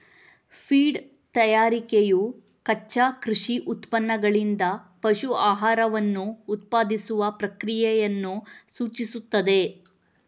feed ತಯಾರಿಕೆಯು ಕಚ್ಚಾ ಕೃಷಿ ಉತ್ಪನ್ನಗಳಿಂದ ಪಶು ಆಹಾರವನ್ನು ಉತ್ಪಾದಿಸುವ ಪ್ರಕ್ರಿಯೆಯನ್ನು ಸೂಚಿಸುತ್ತದೆ